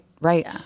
Right